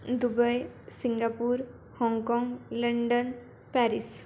Dubai Singapore Hong Kong London Paris